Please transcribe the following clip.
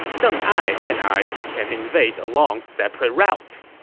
deng ai and i can invade along separate routes.